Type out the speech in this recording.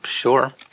sure